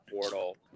portal